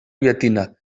llatina